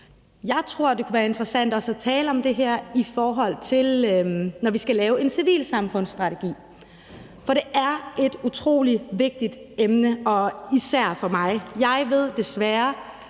Jeg tror, det kunne være interessant også at tale om det her, når vi skal lave en civilsamfundsstrategi, for det er et utrolig vigtigt emne og især for mig. Jeg ved desværre,